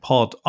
Pod